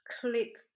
click